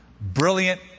Brilliant